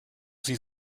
sie